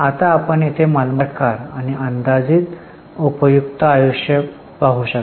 आता आपण येथे मालमत्तेचा प्रकार आणि अंदाजित उपयुक्त आयुष्य पाहू शकता